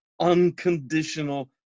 unconditional